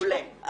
מעולה.